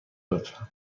لطفا